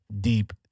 Deep